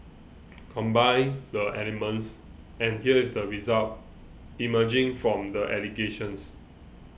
combine the elements and here is the result emerging from the allegations